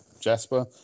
Jasper